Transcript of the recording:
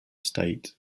state